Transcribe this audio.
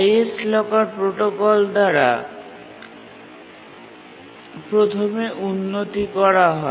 highest locker protocol দ্বারা প্রথমে উন্নতি করা হয়